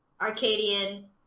Arcadian